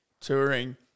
touring